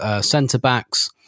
centre-backs